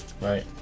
Right